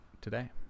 today